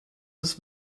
his